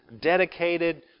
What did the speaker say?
dedicated